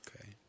Okay